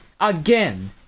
again